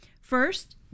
First